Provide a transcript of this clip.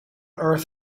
earth